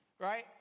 right